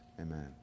Amen